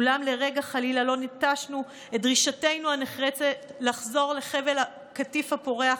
אולם לרגע חלילה לא נטשנו את דרישתנו הנחרצת לחזור לחבל קטיף הפורח,